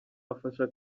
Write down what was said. afasha